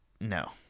no